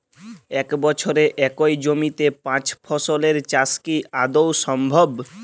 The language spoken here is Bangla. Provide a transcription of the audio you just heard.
এক বছরে একই জমিতে পাঁচ ফসলের চাষ কি আদৌ সম্ভব?